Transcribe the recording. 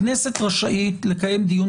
הכנסת רשאית לקיים דיון,